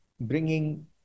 bringing